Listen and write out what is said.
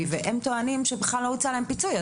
והם טוענים שבכלל לא הוצע להם פיצוי.